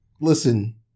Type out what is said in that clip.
listen